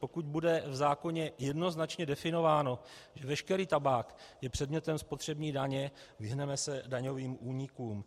Pokud bude v zákoně jednoznačně definováno, že veškerý tabák je předmětem spotřební daně, vyhneme se daňovým únikům.